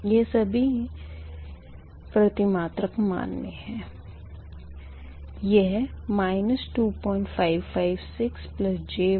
यह सभी P2 jQ2Y22 P2 and Q2 प्रतिक्रमक मान मे है